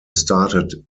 started